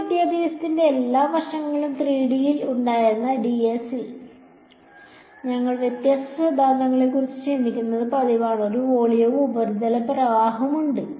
school വിദ്യാഭ്യാസത്തിന്റെ എല്ലാ വർഷങ്ങളിലും 3D യിൽ ഉണ്ടായിരുന്ന ds ൽ ഞങ്ങൾ വ്യത്യസ്ത സിദ്ധാന്തത്തെക്കുറിച്ച് ചിന്തിക്കുന്നത് പതിവാണ് ഒരു വോളിയവും ഉപരിതല പ്രവാഹവുമുണ്ട്